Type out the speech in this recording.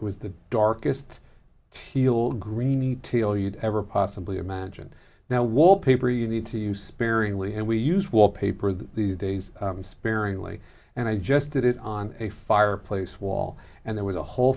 was the darkest heeled green e tail you'd ever possibly imagine now wallpaper you need to use sparingly and we use wallpaper these days sparingly and i just did it on a fireplace wall and there was a whole